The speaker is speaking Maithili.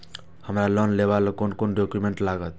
हमरा लोन लाइले कोन कोन डॉक्यूमेंट लागत?